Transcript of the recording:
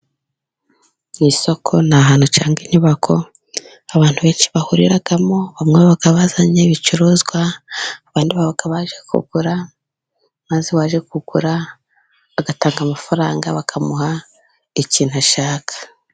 Isoko ni ahantu cyangwa inyubako abantu benshi bahuriramo, bamwe baba bazanye ibicuruzwa, abandi baje kugura, maze uwaje kugura agatanga amafaranga bakamuha ikintu ashaka.